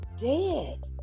dead